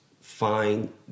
find